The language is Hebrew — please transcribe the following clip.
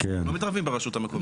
אנחנו לא מתערבים ברשות המקומית.